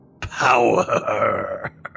power